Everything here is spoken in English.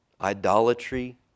Idolatry